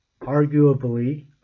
arguably